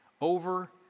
over